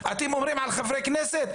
אומרים על חברי כנסת.